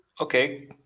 Okay